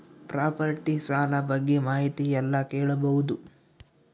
Property ಸಾಲ ಬಗ್ಗೆ ಮಾಹಿತಿ ಎಲ್ಲ ಕೇಳಬಹುದು?